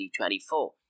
2024